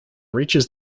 reaches